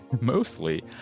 mostly